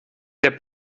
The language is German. der